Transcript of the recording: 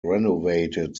renovated